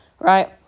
right